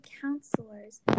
counselors